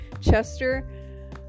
Chester